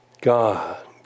God